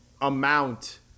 amount